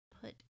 put